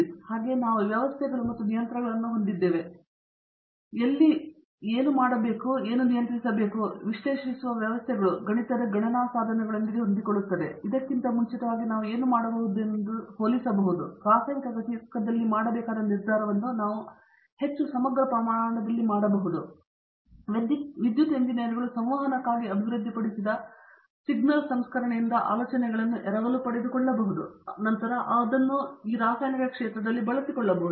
ದೇಶ್ಪಾಂಡೆ ಹಾಗೆಯೇ ನಾವು ವ್ಯವಸ್ಥೆಗಳು ಮತ್ತು ನಿಯಂತ್ರಣಗಳನ್ನು ಹೊಂದಿದ್ದೇವೆ ಮತ್ತು ನಾವು ಎಲ್ಲಿ ಮಾಡಬೇಕೆಂಬುದನ್ನು ನಿಯಂತ್ರಿಸಬಹುದು ಮತ್ತು ನಾವು ವಿಶ್ಲೇಷಿಸುವ ವ್ಯವಸ್ಥೆಗಳು ನಮ್ಮ ಗಣಿತದ ಗಣನಾ ಸಾಧನಗಳೊಂದಿಗೆ ಹೊಂದಿಕೊಳ್ಳುತ್ತವೆ ನಾವು ಇದಕ್ಕಿಂತ ಮುಂಚಿತವಾಗಿ ಏನು ಮಾಡಬಹುದೆಂಬುದನ್ನು ಹೋಲಿಸಬಹುದು ಮತ್ತು ನಾವು ಮತ್ತೆ ರಾಸಾಯನಿಕ ಘಟಕದಲ್ಲಿ ಮಾಡಬೇಕಾದ ನಿರ್ಧಾರವನ್ನು ನಾವು ಹೆಚ್ಚು ಸಮಗ್ರ ಪ್ರಮಾಣದಲ್ಲಿ ಮಾಡಬಹುದು ವಿದ್ಯುತ್ ಎಂಜಿನಿಯರ್ಗಳು ಸಂವಹನಕ್ಕಾಗಿ ಅಭಿವೃದ್ಧಿಪಡಿಸಿದ ಸಿಗ್ನಲ್ ಸಂಸ್ಕರಣೆಯಿಂದ ಆಲೋಚನೆಗಳನ್ನು ಎರವಲು ಪಡೆದುಕೊಳ್ಳಬಹುದು ಮತ್ತು ನಂತರ ಅವುಗಳನ್ನು ಇಲ್ಲಿ ಬಳಸಿಕೊಳ್ಳಬಹುದು